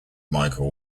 michael